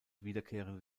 wiederkehrende